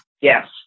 Yes